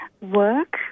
work